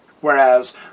whereas